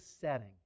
setting